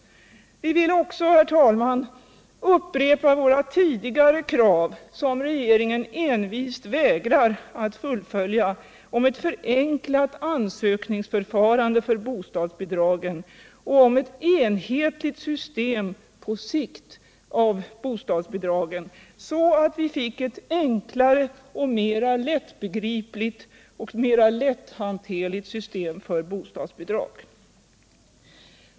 Vi vill också, herr talman, upprepa våra tidigare krav, som regeringen och utskottsmajoriteten envist vägrar att tillmötesgå, på ett förenklat ansökningsförfarande för bostadsbidragen och på ett enhetligt system på sikt för bostadsbidragen. Vi vill ha ett enklare, mera lättbegripligt och mera lätthanterligt system på detta område.